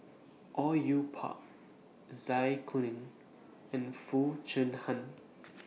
Au Yue Pak Zai Kuning and Foo Chee Han